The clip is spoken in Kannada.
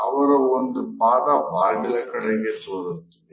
ಅವರ ಒಂದು ಪಾದ ಬಾಗಿಲ ಕಡೆಗೆ ತೋರುತ್ತಿದೆ